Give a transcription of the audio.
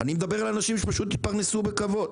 אני מדבר על זה שאנשים פשוט יתפרנסו בכבוד.